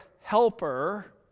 helper